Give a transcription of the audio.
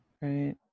right